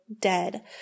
dead